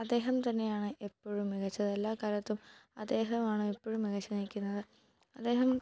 അദ്ദേഹം തന്നെയാണ് എപ്പൊഴും മികച്ചത് എല്ലാ കാലത്തും അദ്ദേഹമാണ് എപ്പോഴും മികച്ച് നില്ക്കുന്നത് അദ്ദേഹം